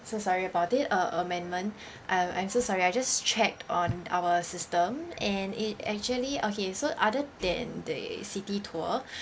so sorry about it uh amendment uh I'm so sorry I just checked on our system and it actually okay so other than the city tour